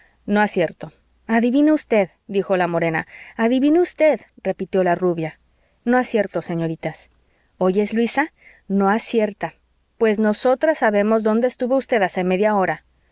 no acierto adivine usted dijo la morena adivine usted repitió la rubia no acierto señoritas oyes luisa no acierta pues nosotras sabemos dónde estuvo usted hace media hora